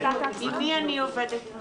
אוסאמה, מול מי אני עובדת?